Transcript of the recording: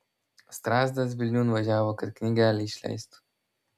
strazdas vilniun važiavo kad knygelę išleistų